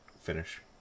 finish